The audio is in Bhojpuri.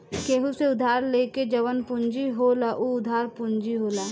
केहू से उधार लेके जवन पूंजी होला उ उधार पूंजी होला